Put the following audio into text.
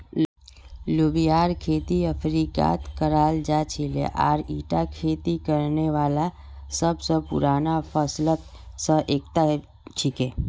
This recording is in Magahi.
लोबियार खेती अफ्रीकात कराल जा छिले आर ईटा खेती करने वाला सब स पुराना फसलत स एकता छिके